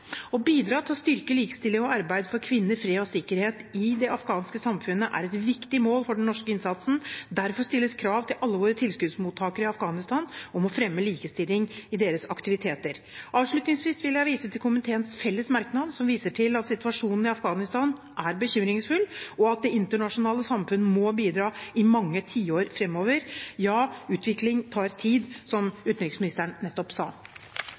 Å bidra til å styrke likestilling og arbeidet for kvinner, fred og sikkerhet i det afghanske samfunnet er et viktig mål for den norske innsatsen. Derfor stilles det krav til alle våre tilskuddsmottakere i Afghanistan om å fremme likestilling i sine aktiviteter. Avslutningsvis vil jeg vise til komiteens felles merknad som viser til at situasjonen i Afghanistan er bekymringsfull, og at det internasjonale samfunn må bidra i mange tiår framover. Ja, utvikling tar tid, som utenriksministeren nettopp sa.